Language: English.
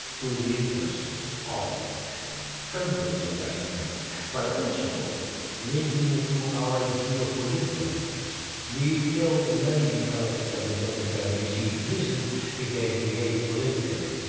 to the interests of companies of western and countries but also linking it to our geopolitical interests we tell many developing countries that they can receive resistance if they behave politically.